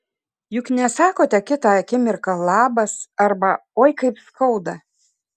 juk nesakote kitą akimirką labas arba oi kaip skauda